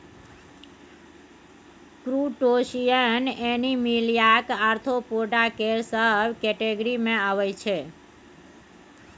crustacean एनीमिलियाक Arthropoda केर सब केटेगिरी मे अबै छै